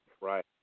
Right